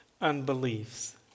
unbeliefs